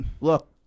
Look